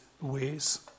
ways